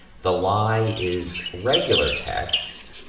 the lie is regular text,